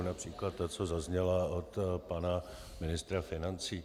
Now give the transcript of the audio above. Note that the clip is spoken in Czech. Například ta, co zazněla od pana ministra financí.